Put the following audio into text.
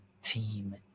team